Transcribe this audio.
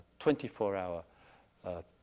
24-hour